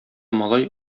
малай